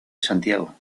santiago